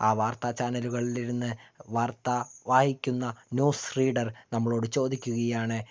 ആ വാർത്താചാനലുകളിൽ ഇരുന്ന് വാർത്ത വായിക്കുന്ന ന്യൂസ് റീഡർ നമ്മളോട് ചോദിക്കുകയാണ്